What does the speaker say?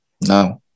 No